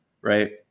right